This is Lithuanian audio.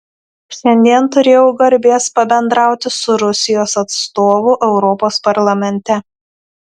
šiandien turėjau garbės pabendrauti su rusijos atstovu europos parlamente